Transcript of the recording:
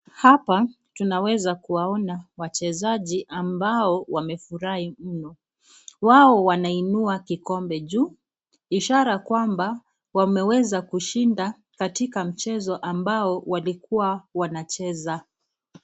Hapa tunaweza kuwaona wachezaji ambao wamefurahi mno ,wao wanainua kikombe juu ishara kwamba wameweza kushinda katika mchezo ambao walikuwa wanacheza.